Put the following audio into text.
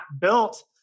built